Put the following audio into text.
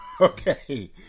Okay